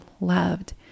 loved